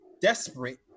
desperate